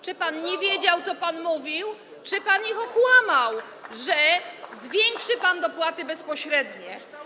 Czy pan nie wiedział, co mówił, czy pan ich okłamał, że zwiększy pan dopłaty bezpośrednie?